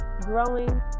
growing